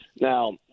Now